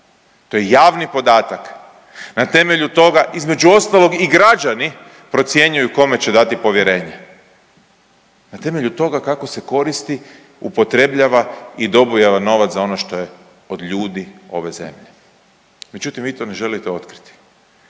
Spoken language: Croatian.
To je javni podatak. Na temelju toga između ostalog i građani procjenjuju kome će dati povjerenje, na temelju toga kako se koristi, upotrebljava i dobiva novac za ono što je od ljudi ove zemlje. Međutim, vi to ne želite otkriti.